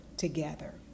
together